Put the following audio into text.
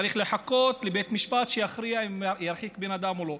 צריך לחכות לבית משפט שיכריע אם ירחיק בן אדם או לא.